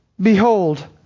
behold